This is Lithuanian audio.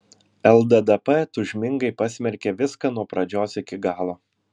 lddp tūžmingai pasmerkė viską nuo pradžios iki galo